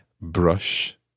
brush